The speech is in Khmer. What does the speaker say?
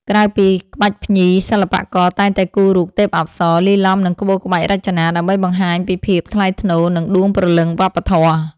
ក្រៅពីក្បាច់ភ្ញី សិល្បករតែងតែគូររូប ទេពអប្សរ លាយឡំនឹងក្បូរក្បាច់រចនា ដើម្បីបង្ហាញពីភាពថ្លៃថ្នូរ និងដួងព្រលឹងវប្បធម៌។